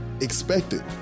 expected